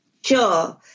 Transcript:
sure